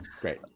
great